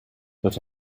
but